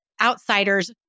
outsiders